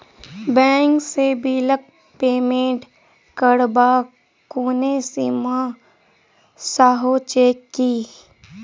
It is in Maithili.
बैंक सँ बिलक पेमेन्ट करबाक कोनो सीमा सेहो छैक की?